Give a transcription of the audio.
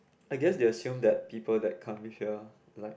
I guess you assume that people that come here like